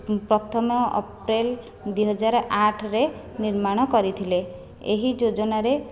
ପ୍ରଥମ ଅପ୍ରିଲ ଦୁଇ ହଜାର ଆଠ ରେ ନିର୍ମାଣ କରିଥିଲେ ଏହି ଯୋଜନାରେ